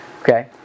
okay